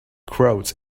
crawled